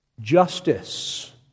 justice